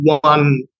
one